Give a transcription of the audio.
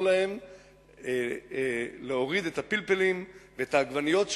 להם להוריד את הפלפלים ואת העגבניות,